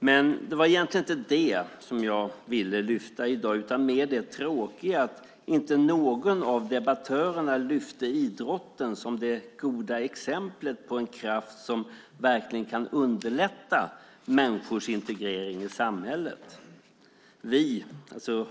Men det var egentligen inte detta jag ville lyfta fram i dag utan mer det tråkiga att inte någon av debattörerna lyfte fram idrotten som det goda exemplet på en kraft som verkligen kan underlätta människors integrering i samhället.